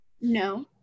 No